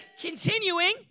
continuing